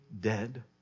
dead